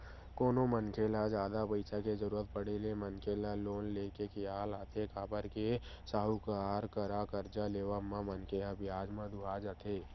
कोनो मनखे ल जादा पइसा के जरुरत पड़े ले मनखे ल लोन ले के खियाल आथे काबर के साहूकार करा करजा लेवब म मनखे ह बियाज म दूहा जथे